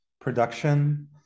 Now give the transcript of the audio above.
production